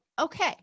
Okay